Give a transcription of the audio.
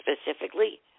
specifically